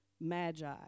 magi